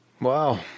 Wow